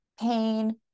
pain